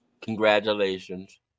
Congratulations